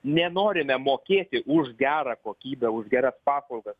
nenorime mokėti už gerą kokybę už geras paslaugas